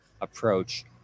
approach